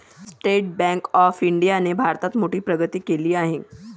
state bank of इंडियाने भारतात मोठी प्रगती केली आहे